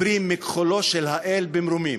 פרי מכחולו של האל במרומים.